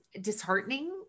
Disheartening